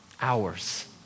hours